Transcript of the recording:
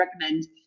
recommend